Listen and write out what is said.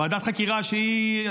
ועדת חקירה שהיא,